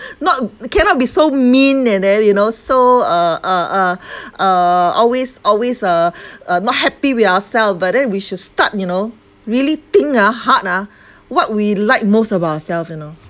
not cannot be so mean and then you know so uh uh uh uh always always uh uh not happy with ourself but then we should start you know really think ah hard ah what we like most about ourself you know